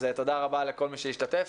אז תודה רבה לכל מי שהשתתף.